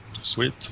Sweet